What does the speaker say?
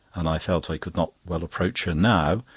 and i felt i could not well approach her now,